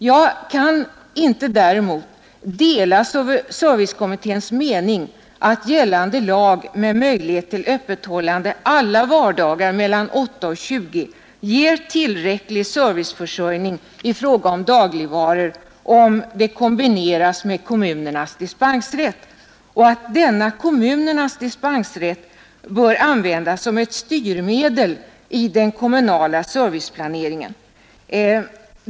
Jag kan däremot inte dela servicekommitténs mening att gällande lag med möjlighet till öppethållande alla vardagar mellan kl. 8 och kl. 20 ger tillräcklig serviceförsörjning i fråga om dagligvaror om det kombineras med kommunernas dispensrätt och att denna kommunernas dispensrätt bör användas som ett styrmedel i den kommunala serviceplaneringen.